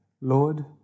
Lord